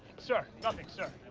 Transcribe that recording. sir, nothing, sir.